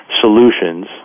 solutions